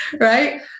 right